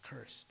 cursed